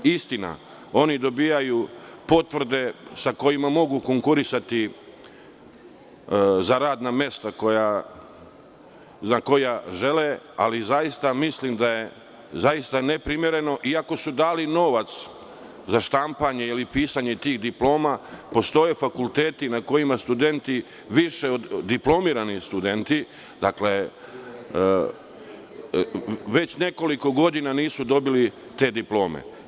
Istina, oni dobijaju potvrde sa kojima mogu konkurisati za radna mesta za koja žele, ali zaista mislim da je neprimereno, iako su dali novac za štampanje ili pisanje tih diploma, da postoje fakulteti na kojima diplomirani studenti već nekoliko godina nisu dobili te diplome.